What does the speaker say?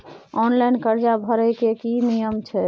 Online कर्जा भरै के की नियम छै?